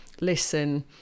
listen